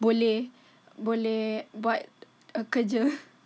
boleh boleh buat kerja